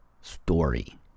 story